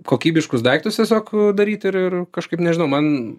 kokybiškus daiktus tiesiog daryt ir ir kažkaip nežinau man